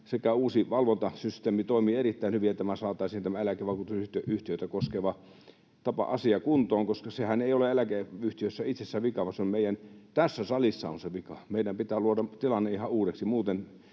sekä uusi valvontasysteemi toimii erittäin hyvin että saataisiin tämä eläkevakuutusyhtiöitä koskeva asia kuntoon, koska siinähän ei ole eläkeyhtiöissä itsessä vika, vaan tässä salissa on se vika. Meidän pitää luoda tilanne ihan uudeksi,